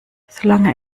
solange